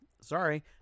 sorry